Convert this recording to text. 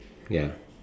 ya